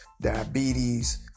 diabetes